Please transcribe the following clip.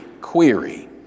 query